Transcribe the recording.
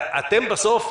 אתם בסוף,